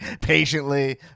patiently